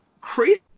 crazy